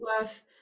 worth